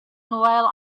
while